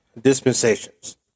dispensations